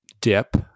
dip